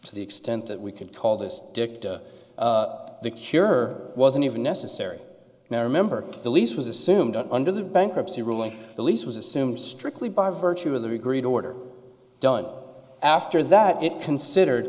to the extent that we could call this dict the cure wasn't even necessary now remember the lease was assumed under the bankruptcy ruling the lease was assume strictly by virtue of the re greed order done after that it considered